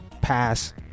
pass